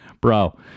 Bro